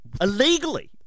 Illegally